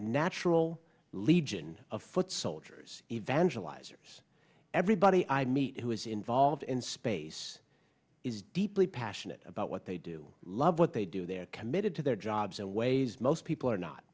natural legion of foot soldiers evangelize ers everybody i meet who is involved in space is deeply passionate about what they do love what they do they're committed to their jobs in ways most people are not